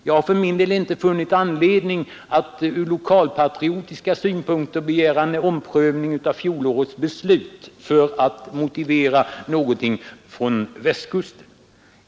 Jag har för mindel — inte funnit anledning att av lokalpatriotiska skäl begära en omprövning av Byggnadsarbeten fjolårets beslut för att få någon förvaltning flyttad till Västkusten.